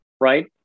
right